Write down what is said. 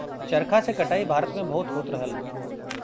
चरखा से कटाई भारत में बहुत होत रहल